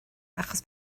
achos